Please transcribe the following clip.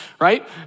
right